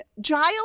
Giles